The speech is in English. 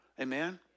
Amen